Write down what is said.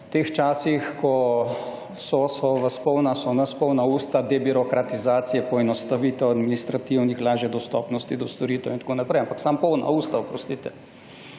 v teh časih, ko so, so vas, so nas polna usta debirokratizacije, poenostavitev administrativnih, lažje dostopnosti do storitev in tako naprej, ampak samo polna usta, oprostite.